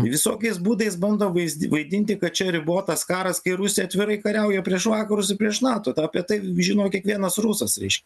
visokiais būdais bando vaiz vaidinti kad čia ribotas karas kai rusija atvirai kariauja prieš vakarus ir prieš nato tą apie tai žino kiekvienas rusas reiškia